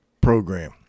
program